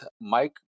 Mike